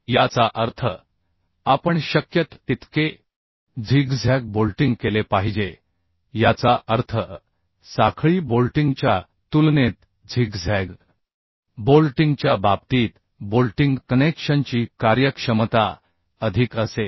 याचा अर्थ आपण शक्य तितके झिगझॅग बोल्टिंग केले पाहिजे याचा अर्थ साखळी बोल्टिंगच्या तुलनेत झिगझॅग बोल्टिंगच्या बाबतीत बोल्टिंग कनेक्शनची कार्यक्षमता अधिक असेल